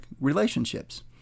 relationships